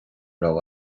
raibh